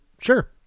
sure